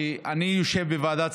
היינו יושבים על זה לפני,